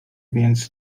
więc